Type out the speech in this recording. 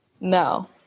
No